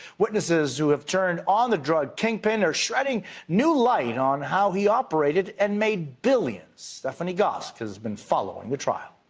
witnesses who have turned on the drug king pin are shedding new light on how he operated and made billions. stephanie gosk has been following the trial.